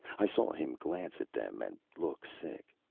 i saw him glance at them and look sick.